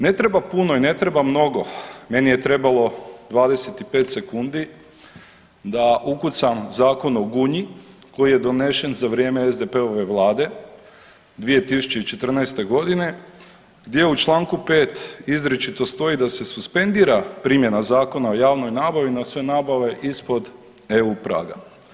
Ne treba puno i ne treba mnogo, meni je trebalo 25 sekundi da ukucam zakon o Gunji koji je donešen za vrijeme SDP-ove Vlade 2014. g. gdje u čl. 4 izričito stoji da se suspendira primjena Zakona o javnoj nabavi na sve nabave ispod EU praga.